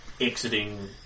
Exiting